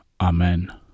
Amen